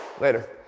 Later